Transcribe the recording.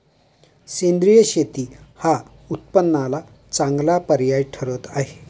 सेंद्रिय शेती हा उत्पन्नाला चांगला पर्याय ठरत आहे